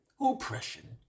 oppression